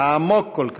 העמוק כל כך?